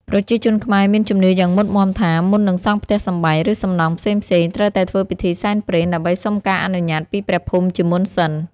ប្រជាជនខ្មែរមានជំនឿយ៉ាងមុតមាំថា មុននឹងសង់ផ្ទះសម្បែង ឬសំណង់ផ្សេងៗ ត្រូវតែធ្វើពិធីសែនព្រេនដើម្បីសុំការអនុញ្ញាតពីព្រះភូមិជាមុនសិន។